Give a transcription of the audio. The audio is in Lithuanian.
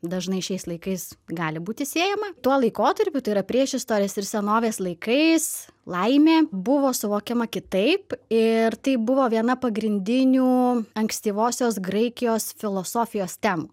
dažnai šiais laikais gali būti siejama tuo laikotarpiu tai yra priešistorės ir senovės laikais laimė buvo suvokiama kitaip ir tai buvo viena pagrindinių ankstyvosios graikijos filosofijos temų